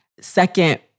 Second